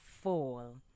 Fall